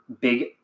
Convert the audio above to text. big